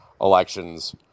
elections